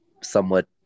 somewhat